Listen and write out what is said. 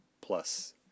Plus